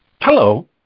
Hello